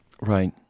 Right